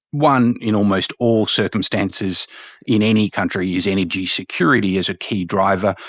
one in almost all circumstances in any country is energy security as a key driver.